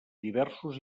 diversos